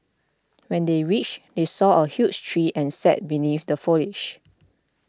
when they reached they saw a huge tree and sat beneath the foliage